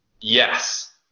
Yes